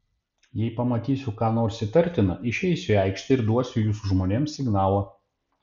jei pamatysiu ką nors įtartina išeisiu į aikštę ir duosiu jūsų žmonėms signalą